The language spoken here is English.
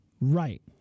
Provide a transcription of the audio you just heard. right